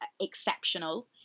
exceptional